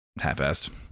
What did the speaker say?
half-assed